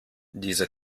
diese